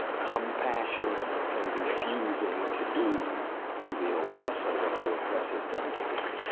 compassion and refusing to do to the oppressor what the oppressor has done to them.